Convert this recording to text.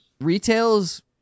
retails